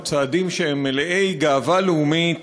צעדים שהם מלאי גאווה לאומית